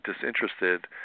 disinterested